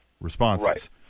responses